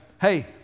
Hey